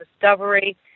discovery